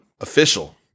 official